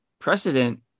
precedent